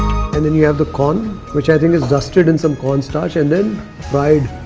and then you have the corn which i think is dusted in some cornstarch and then fried.